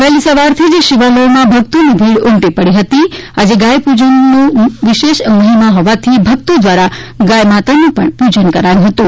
વહેલી સવારથી જ શિવાલયોમાં ભક્તોની ભીડ ઉમટી પડી હતી આજે ગાયનું પૂજન કરવાનો મહિમા હોવાથી ભક્તો દ્વારા ગાય માતાનું પૂજન કરાયું હતું